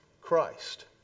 Christ